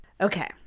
Okay